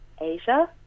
Asia